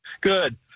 Good